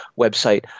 website –